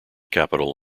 capital